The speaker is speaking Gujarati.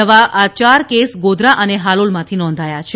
નવા આ ચાર કેસ ગોધરા અને હાલોલમાંથી નોંધાયેલ છે